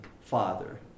Father